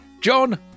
John